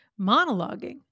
monologuing